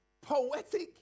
poetic